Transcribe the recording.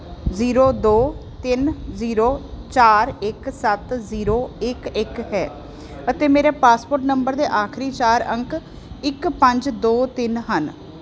zero ਦੋ ਤਿੰਨ zero ਚਾਰ ਇੱਕ ਸੱਤ ਜੀਰੋ ਇੱਕ ਇੱਕ ਹੈ ਅਤੇ ਮੇਰਾ ਪਾਸਪੋਰਟ ਨੰਬਰ ਦੇ ਆਖਰੀ ਚਾਰ ਅੰਕ ਇੱਕ ਪੰਜ ਦੋ ਤਿੰਨ ਹਨ